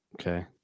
Okay